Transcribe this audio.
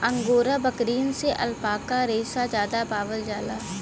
angora बकरियन से alpaca रेसा जादा पावल जाला